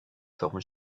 forme